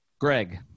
Greg